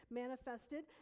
manifested